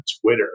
twitter